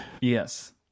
Yes